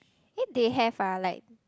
eh they have ah like